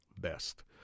best